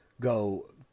go